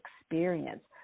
experience